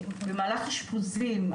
ובמהלך אשפוזים,